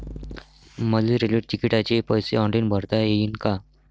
मले रेल्वे तिकिटाचे पैसे ऑनलाईन भरता येईन का?